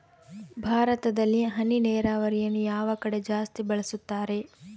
ಭಾರತದಲ್ಲಿ ಹನಿ ನೇರಾವರಿಯನ್ನು ಯಾವ ಕಡೆ ಜಾಸ್ತಿ ಬಳಸುತ್ತಾರೆ?